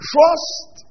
Trust